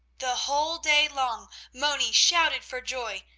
the whole day long moni shouted for joy,